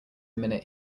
minute